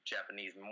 Japanese